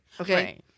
Okay